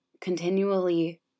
continually